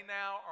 now